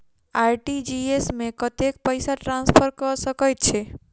RTGS मे कतेक पैसा ट्रान्सफर कऽ सकैत छी?